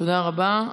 תודה רבה.